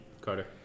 Carter